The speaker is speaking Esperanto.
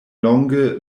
longe